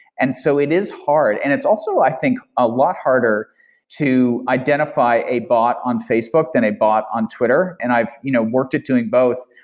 and so it is hard, and it's also i think a lot harder to identify a bot on facebook than a bot on twitter, and i've you know worked at doing both.